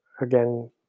Again